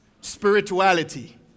Spirituality